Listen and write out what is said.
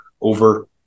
over